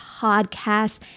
podcast